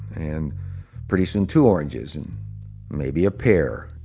and pretty soon two oranges, and maybe a pear